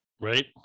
Right